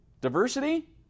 Diversity